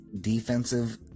defensive